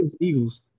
Eagles